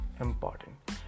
important